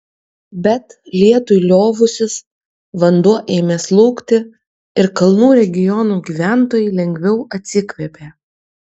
bet lietui liovusis vanduo ėmė slūgti ir kalnų regionų gyventojai lengviau atsikvėpė